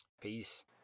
Peace